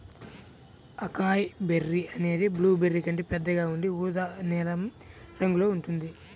acai berry అనేది blueberry కంటే పెద్దగా ఉండి ఊదా నీలం రంగులో ఉంటుంది